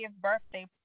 birthday